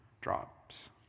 drops